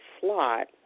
slot